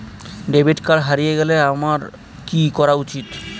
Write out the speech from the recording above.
Debit card হারিয়ে গেলে আমার কি করা উচিৎ?